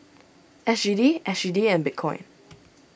S G D S G D and Bitcoin